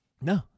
No